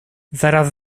zaraz